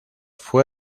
fue